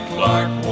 Clark